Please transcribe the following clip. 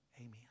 Amen